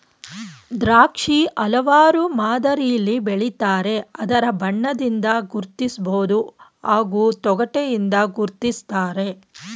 ದ್ರಾಕ್ಷಿ ಹಲವಾರು ಮಾದರಿಲಿ ಬೆಳಿತಾರೆ ಅದರ ಬಣ್ಣದಿಂದ ಗುರ್ತಿಸ್ಬೋದು ಹಾಗೂ ತೊಗಟೆಯಿಂದ ಗುರ್ತಿಸ್ತಾರೆ